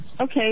Okay